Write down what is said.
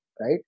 right